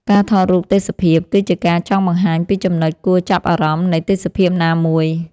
ការថតរូបទេសភាព គឺជាការចង់បង្ហាញពីចំណុចគួរចាប់អារម្មណ៍នៃទេសភាពណាមួយ។